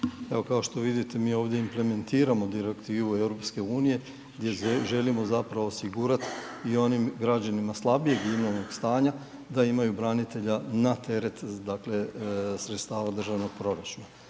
Evo kao što vidite mi ovdje implementiramo direktivu EU gdje želimo zapravo osigurati i onim građanima slabijeg imovnog stanja da imaju branitelja na teret dakle sredstava državnog proračuna.